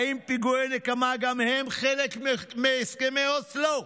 האם פיגועי נקמה גם הם חלק מהסכמי אוסלו?